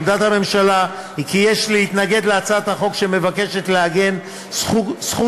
עמדת הממשלה היא כי יש להתנגד להצעת החוק שמבקשת לעגן זכות